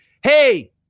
Hey